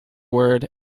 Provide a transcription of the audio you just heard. word